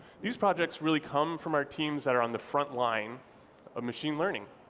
these projects really come from our teams that are on the frontline of machine learning,